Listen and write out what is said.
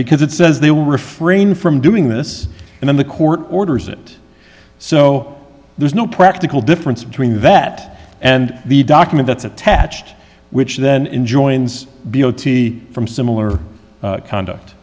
because it says they will refrain from doing this and then the court orders it so there's no practical difference between that and the document that's attached which then enjoins b o t from similar conduct